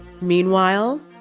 Meanwhile